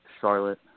Charlotte